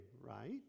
right